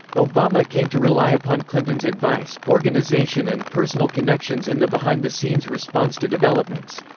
obama came to rely upon clinton's advice, organization and personal connections in the behind-the-scenes response to developments.